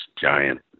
giant